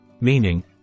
Meaning